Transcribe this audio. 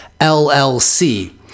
LLC